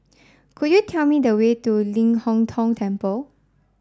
could you tell me the way to Ling Hong Tong Temple